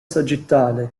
sagittale